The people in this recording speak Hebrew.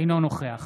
אינו נוכח